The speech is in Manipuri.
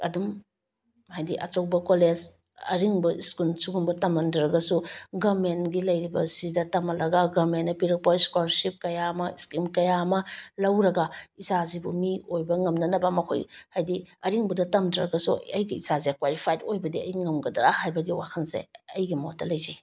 ꯑꯗꯨꯝ ꯍꯥꯏꯗꯤ ꯑꯆꯧꯕ ꯀꯣꯂꯦꯖ ꯑꯔꯤꯡꯕ ꯁ꯭ꯀꯨꯜ ꯁꯨꯒꯨꯝꯕ ꯇꯝꯍꯟꯗ꯭ꯔꯒꯁꯨ ꯒꯔꯃꯦꯟꯒꯤ ꯂꯩꯔꯤꯕ ꯁꯤꯗ ꯇꯝꯍꯜꯂꯒ ꯒꯔꯃꯦꯟꯅ ꯄꯤꯔꯛꯄ ꯏꯁꯀꯣꯂꯥꯔꯁꯤꯞ ꯀꯌꯥ ꯑꯃ ꯏꯁꯀꯤꯝ ꯀꯌꯥ ꯑꯃ ꯂꯧꯔꯒ ꯏꯆꯥꯁꯤꯕꯨ ꯃꯤ ꯑꯣꯏꯕ ꯉꯝꯅꯅꯕ ꯃꯈꯣꯏ ꯍꯥꯏꯗꯤ ꯑꯔꯤꯡꯕꯗ ꯇꯝꯗ꯭ꯔꯒꯁꯨ ꯑꯩꯒꯤ ꯏꯆꯥꯁꯦ ꯀ꯭ꯋꯥꯂꯤꯐꯥꯏꯠ ꯑꯣꯏꯕꯗꯤ ꯑꯩ ꯉꯝꯒꯗ꯭ꯔꯥ ꯍꯥꯏꯕꯒꯤ ꯑꯩꯒꯤ ꯋꯥꯈꯜꯁꯦ ꯑꯩꯒꯤ ꯃꯣꯠꯇ ꯂꯩꯖꯩ